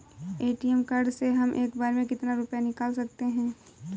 ATM card से हम एक बार में कितना रुपया निकाल सकते हैं?